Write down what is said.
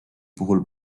puhul